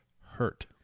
hurt